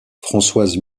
françoise